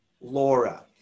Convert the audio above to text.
Laura